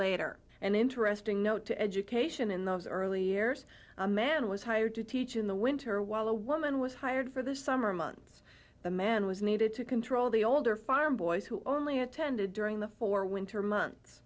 later and interesting note to education in those early years a man was hired to teach in the winter while the woman was hired for the summer months the man was needed to control the older farm boys who only attended during the four winter months